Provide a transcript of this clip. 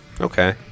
Okay